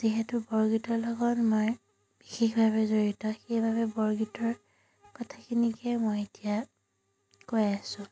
যিহেতু বৰগীতৰ লগত মই বিশেষভাৱে জড়িত সেইবাবে বৰগীতৰ কথাখিনিকে মই এতিয়া কৈ আছোঁ